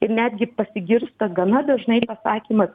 ir netgi pasigirsta gana dažnai pasakymas